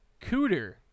Cooter